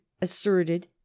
asserted